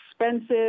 expensive